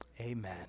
amen